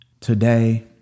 Today